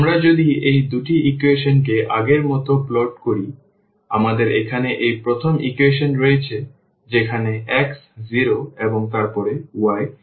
সুতরাং আমরা যদি এই দুটি ইকুয়েশনকে আগের মতো প্লট করি সুতরাং আমাদের এখানে এই প্রথম ইকুয়েশন রয়েছে যেখানে x 0 এবং তারপরে y 1